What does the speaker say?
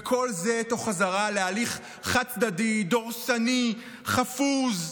וכל זה תוך חזרה להליך חד-צדדי, דורסני, חפוז.